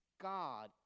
God